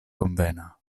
konvena